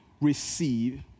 receive